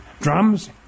Drums